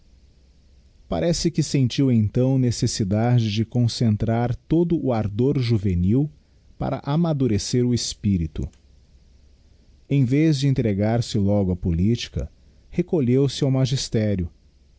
parece que sentiu então necessidade de concentrar todo o ardor juvenil para amadurecer o espirito em vez de entregar-se logo a politica recolheu-se ao magistério